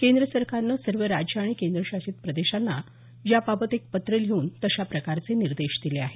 केंद्र सरकारनं सर्व राज्य आणि केंद्रशासित प्रदेशांना याबाबत एक पत्र लिहन तशा प्रकारचे निर्देश दिले आहेत